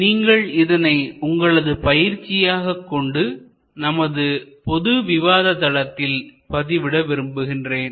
நீங்கள் இதனை உங்களது பயிற்சியாக கொண்டு நமது பொது விவாததளத்தில் பதிவிட விரும்புகின்றேன்